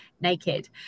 naked